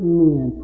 men